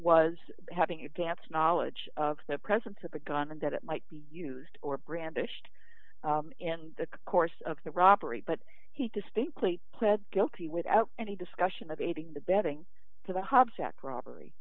was having advance knowledge of the presence of a gun and that it might be used or brandished in the course of the robbery but he distinctly pled guilty without any discussion of aiding the betting to the hub check robbery